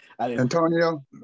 Antonio